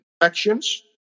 actions